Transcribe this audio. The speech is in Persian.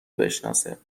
بشناسه